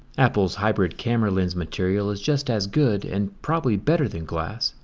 apple's hybrid camera lens material is just as good and probably better than glass,